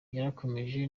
yarakomeje